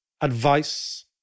advice